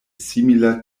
simila